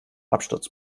absturz